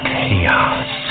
Chaos